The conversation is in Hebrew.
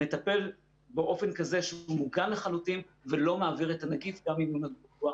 מטפל באופן כזה שהוא מוגן לחלוטין ולא מעביר את הנגיף גם אם הוא נגוע.